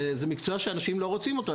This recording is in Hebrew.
זה מקצוע שאנשים לא רוצים אותו,